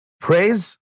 praise